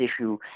issue